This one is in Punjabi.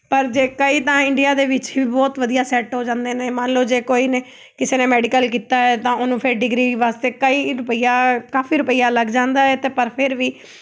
ਪਰ ਜੇ ਕਈ ਤਾਂ ਇੰਡੀਆ ਦੇ ਵਿੱਚ ਵੀ ਬਹੁਤ ਵਧੀਆ ਸੈੱਟ ਹੋ ਜਾਂਦੇ ਨੇ ਮੰਨ ਲਉ ਜੇ ਕੋਈ ਨੇ ਕਿਸੇ ਨੇ ਮੈਡੀਕਲ ਕੀਤਾ ਹੈ ਤਾਂ ਉਹਨੂੰ ਫਿਰ ਡਿਗਰੀ ਵਾਸਤੇ ਕਈ ਰੁਪਈਆ ਕਾਫੀ ਰੁਪਈਆ ਲੱਗ ਜਾਂਦਾ ਹੈ ਅਤੇ ਪਰ ਫਿਰ ਵੀ